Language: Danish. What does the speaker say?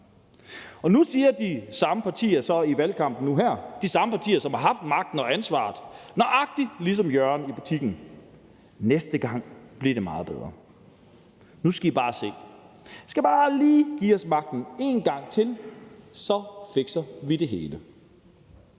Nu siger de samme partier så i valgkampen, altså de samme partier, som har haft magten og ansvaret, nøjagtig ligesom Jørgen i butikken: Næste gang bliver det meget bedre. Nu skal I bare se, I skal bare lige give os magten en gang til, så fikser vi det hele.